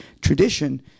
tradition